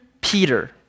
Peter